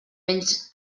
menys